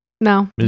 No